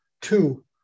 two